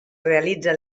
realitza